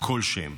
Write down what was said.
כלשהם